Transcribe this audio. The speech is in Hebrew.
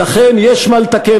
ולכן, יש מה לתקן.